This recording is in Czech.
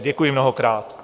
Děkuji mnohokrát.